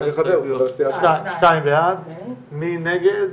בעד, 2 נגד,